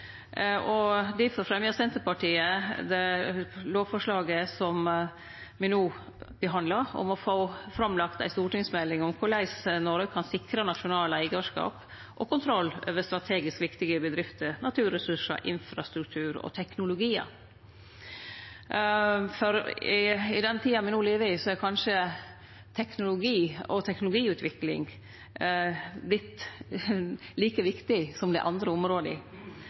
Difor fremja Senterpartiet det lovforslaget me no behandlar, om å få framlagt ei stortingsmelding om korleis Noreg kan sikre nasjonalt eigarskap og kontroll over strategisk viktige bedrifter, naturressursar, infrastruktur og teknologiar. I den tida me no lever i, er kanskje teknologi og teknologiutvikling vorte like viktig som dei andre områda.